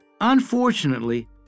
Unfortunately